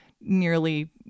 nearly